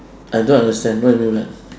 I don't understand what you mean by